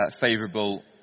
favourable